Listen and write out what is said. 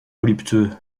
voluptueux